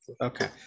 okay